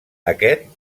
aquest